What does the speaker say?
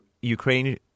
Ukraine